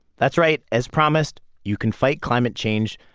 that's right. as promised, you can fight climate change,